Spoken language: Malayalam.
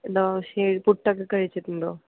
ദോശയും പുട്ടൊക്കെ കഴിച്ചിട്ടുണ്ടോ